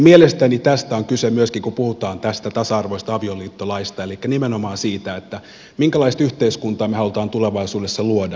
mielestäni tästä on kyse myöskin kun puhutaan tästä tasa arvoisesta avioliittolaista elikkä nimenomaan siitä minkälaista yhteiskuntaa me haluamme tulevaisuudessa luoda